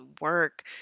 work